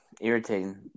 irritating